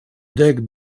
dek